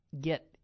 get